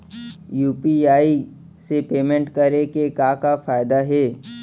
UPI से payment करे के का का फायदा हे?